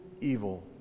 evil